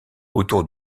autour